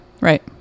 Right